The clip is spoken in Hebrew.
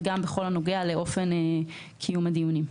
וגם בכל הנוגע לאופן קיום הדיונים.